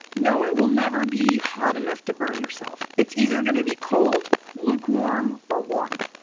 no, it will never be hot enough to burn yourself. it's either going to be cold, lukewarm, or warm.